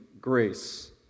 grace